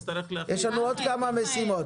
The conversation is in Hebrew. יש לנו עוד כמה משימות.